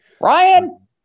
Ryan